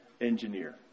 engineer